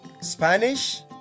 Spanish